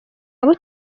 abo